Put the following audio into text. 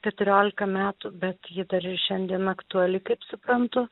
keturiolika metų bet ji dar ir šiandien aktuali kaip suprantu